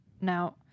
now